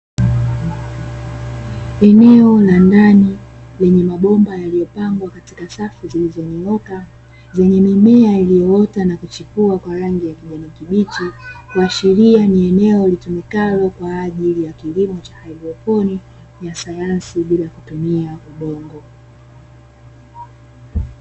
Eneo la ndani lenye mabomba yaliyopangwa katika safu zilizonyooka, zenye mimea iliyoota na kuchipua kwa rangi ya kijani kibichi, kuashiria kuwa ni eneo litumikalo kwa ajili ya kilimo cha haidroponi, ya sayansi bila kutumia udongo.